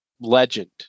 legend